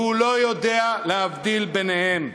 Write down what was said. והוא לא יודע להבדיל ביניהם.